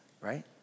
right